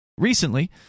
Recently